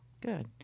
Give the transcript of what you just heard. Good